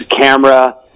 camera